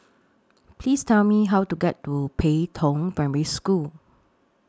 Please Tell Me How to get to Pei Tong Primary School